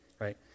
right